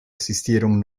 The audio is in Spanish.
asistieron